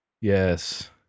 Yes